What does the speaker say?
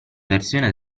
versione